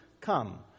Come